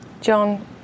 John